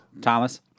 Thomas